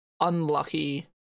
unlucky